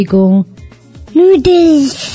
Noodles